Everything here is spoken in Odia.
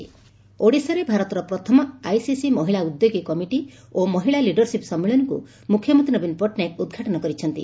ମୁଖ୍ୟମନ୍ତୀ ଉଦ୍ଘାଟନ ଓଡ଼ିଶାରେ ଭାରତର ପ୍ରଥମ ଆଇସିସି ମହିଳା ଉଦ୍ୟୋଗୀ କମିଟି ଓ ମହିଳା ଲିଡରସିପ୍ ସମ୍ମିଳନୀକୁ ମୁଖ୍ୟମନ୍ତୀ ନବୀନ ପଟ୍ଟନାୟକ ଉଦ୍ଘାଟନ କରିଛନ୍ତି